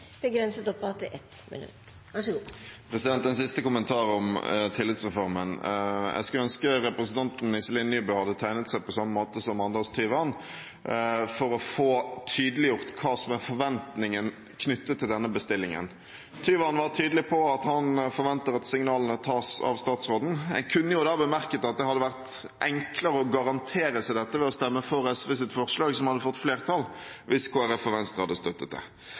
begrenset til 1 minutt. En siste kommentar om tillitsreformen: Jeg skulle ønske representanten Iselin Nybø hadde tegnet seg, på samme måte som Anders Tyvand, for å få tydeliggjort hva som er forventningen knyttet til denne bestillingen. Tyvand var tydelig på at han forventer at signalene tas av statsråden. En kunne da bemerket at det hadde vært enklere å garantere dette ved å stemme for SVs forslag, som hadde fått flertall hvis Kristelig Folkeparti og Venstre hadde støttet det.